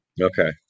Okay